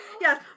Yes